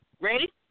Ready